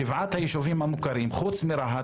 שבעת היישובים המוכרים, חוץ מרהט,